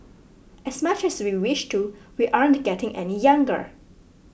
as much as we wish to we aren't getting any younger